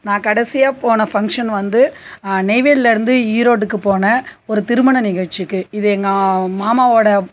நான் கடைசியாக போன ஃபங்க்ஷன் வந்து நெய்வேலயில் இருந்து ஈரோடுக்கு போனேன் ஒரு திருமண நிகழ்ச்சிக்கு இது எங்கள் மாமாவோட